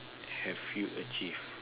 have you achieve